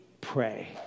pray